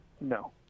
no